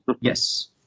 Yes